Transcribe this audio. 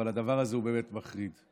אבל הדבר הזה הוא באמת מחריד: